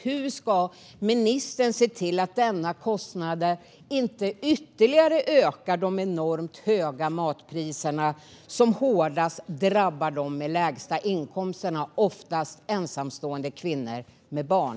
Hur ska ministern se till att dessa kostnader inte ytterligare ökar de enormt höga matpriserna, som hårdast drabbar dem med lägst inkomster, oftast ensamstående kvinnor med barn?